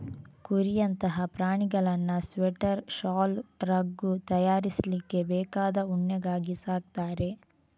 ಕುರಿಯಂತಹ ಪ್ರಾಣಿಗಳನ್ನ ಸ್ವೆಟರ್, ಶಾಲು, ರಗ್ ತಯಾರಿಸ್ಲಿಕ್ಕೆ ಬೇಕಾದ ಉಣ್ಣೆಗಾಗಿ ಸಾಕ್ತಾರೆ